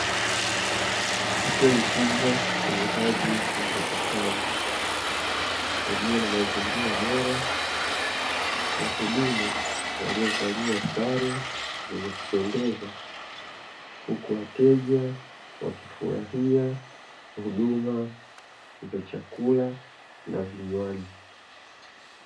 Hoteli kubwa yenye hadhi ya nyota tano iliyo na mazingira bora, wahudumu waliovalia sare zenye kupendeza huku wateja wakifurahia huduma za chakula na vinywaji.